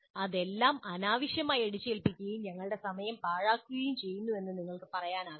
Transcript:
ഇതെല്ലാം അനാവശ്യമായി അടിച്ചേൽപ്പിക്കുകയും ഞങ്ങളുടെ സമയം പാഴാക്കുകയും ചെയ്യുന്നുവെന്ന് നിങ്ങൾക്ക് പറയാനാവില്ല